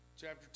Chapter